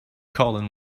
colin